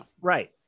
right